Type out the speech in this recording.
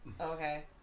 Okay